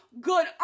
good